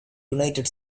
united